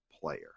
player